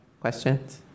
Questions